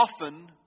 often